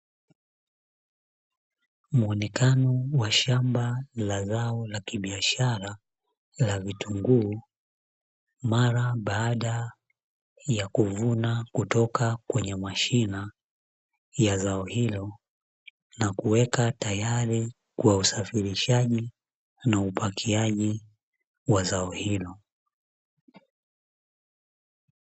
Muonekano wa shamba la zao la kibiashara la vitunguu, mara baada ya kuvuna kutoka kwenye mashina ya zao hilo, na kuweka tayari kwa usafirishaji na upakiaji wa zao hilo.